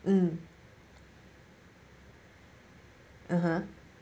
um (uh huh)